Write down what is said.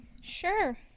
Sure